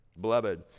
Beloved